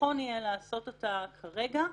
נכון יהיה לעשות אותה כרגע,